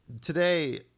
today